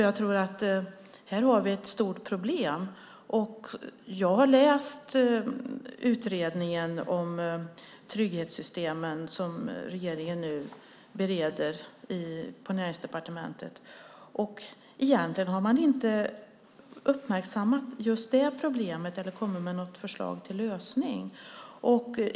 Jag tror att vi här har ett stort problem. Jag har läst utredningen om trygghetssystemen, som regeringen nu bereder på Näringsdepartementet. Egentligen har man inte uppmärksammat just det här problemet eller kommit med något förslag till lösning.